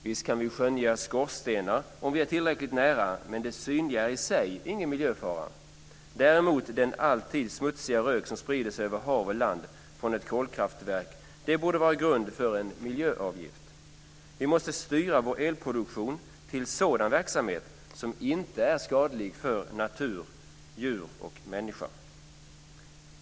Visst kan vi skönja skorstenar om vi är tillräckligt nära, men det synliga är i sig ingen miljöfara. Däremot borde den alltid smutsiga rök som sprider sig över hav och land från ett kolkraftverk vara grund för en miljöavgift. Vi måste styra vår elproduktion till sådan verksamhet som inte är skadlig för natur, djur och människan.